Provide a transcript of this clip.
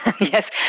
Yes